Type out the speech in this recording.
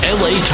la